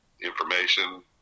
information